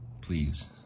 please